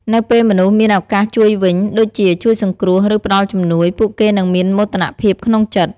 នៅពេលមនុស្សមានឱកាសជួយវិញ ដូចជា ជួយសង្គ្រោះ ឬផ្តល់ជំនួយ ពួកគេនឹងមានមោទនភាពក្នុងចិត្ត។